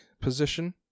position